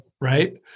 right